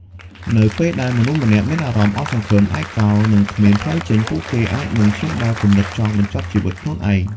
នៅពេលដែលមនុស្សម្នាក់មានអារម្មណ៍អស់សង្ឃឹម ឯកោ និងគ្មានផ្លូវចេញ ពួកគេអាចនឹងឈានដល់គំនិតចង់បញ្ចប់ជីវិតខ្លួនឯង។